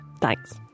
Thanks